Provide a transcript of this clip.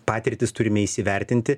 patirtis turime įsivertinti